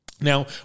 Now